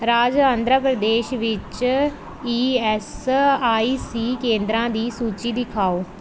ਰਾਜ ਆਂਧਰਾ ਪ੍ਰਦੇਸ਼ ਵਿੱਚ E S I C ਕੇਂਦਰਾਂ ਦੀ ਸੂਚੀ ਦਿਖਾਓ